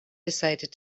decided